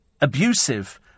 abusive